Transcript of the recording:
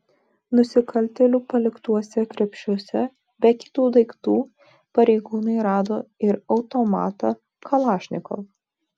nusikaltėlių paliktuose krepšiuose be kitų daiktų pareigūnai rado ir automatą kalašnikov